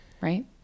right